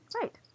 Right